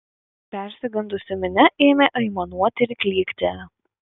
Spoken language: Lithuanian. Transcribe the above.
persigandusi minia ėmė aimanuoti ir klykti